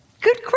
Good